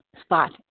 spot